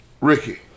Ricky